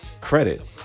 credit